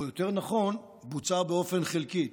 או יותר נכון בוצעה באופן חלקי,